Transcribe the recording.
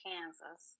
Kansas